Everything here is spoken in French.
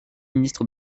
ministre